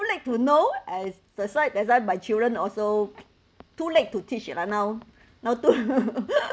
too late to know as that's why that's why my children also too late to teach lah now now too